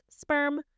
sperm